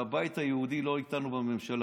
שהבית היהודי לא איתנו בממשלה.